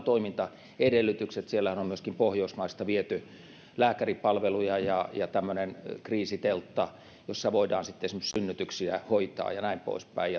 toimintaedellytykset sinnehän on myöskin pohjoismaista viety lääkäripalveluja ja ja tämmöinen kriisiteltta jossa voidaan sitten esimerkiksi synnytyksiä hoitaa ja näin poispäin